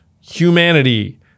humanity